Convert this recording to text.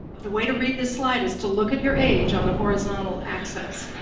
the way to read this slide is to look at your age on the horizontal axis.